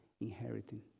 inheriting